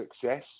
success